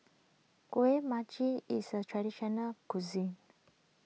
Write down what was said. Kueh Manggis is a traditional cuisine